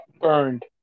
burned